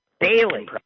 daily